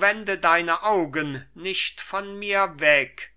wende deine augen nicht von mir weg